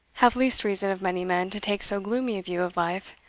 have least reason of many men to take so gloomy a view of life.